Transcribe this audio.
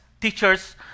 teachers